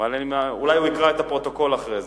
אבל אולי הוא יקרא את הפרוטוקול אחרי זה,